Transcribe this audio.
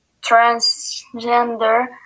transgender